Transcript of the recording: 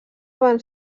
van